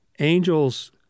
Angels